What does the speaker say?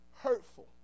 hurtful